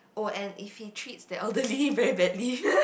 oh and if he treats the elderly very badly